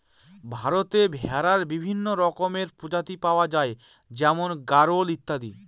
ভারতে ভেড়ার বিভিন্ন রকমের প্রজাতি পাওয়া যায় যেমন গাড়োল ইত্যাদি